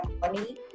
money